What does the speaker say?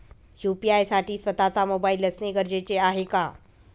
UPI साठी स्वत:चा mobile असणे गरजेचे आहे का?